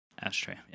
Ashtray